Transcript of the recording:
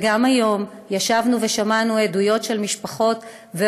גם היום ישבנו ושמענו עדויות של משפחות,